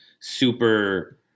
super